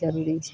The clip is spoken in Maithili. जरूरी छै